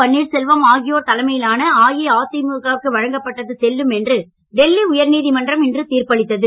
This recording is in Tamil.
பன்னீர்செல்வம் ஆகியோர் தலைமையிலான அஇஅதிமுக விற்கு வழங்கப்பட்டது செல்லும் என்று டெல்லி உயர்நீதிமன்றம் இன்று தீர்ப்பளித்தது